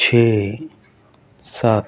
ਛੇ ਸੱਤ